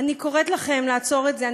אני קוראת לכם לעצור את זה.